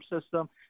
system